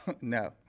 No